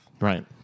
Right